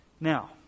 Now